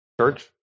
church